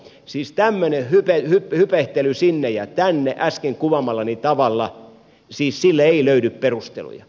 siis tämmöiselle hypähtelylle sinne ja tänne äsken kuvaamallani tavalla ei löydy perusteluja